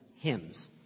hymns